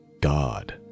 God